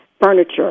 furniture